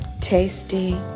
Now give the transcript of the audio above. tasty